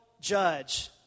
judge